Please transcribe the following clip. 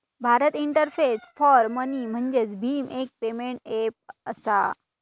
Bharat interface for money म्हणजेच भीम, एक पेमेंट ऐप असा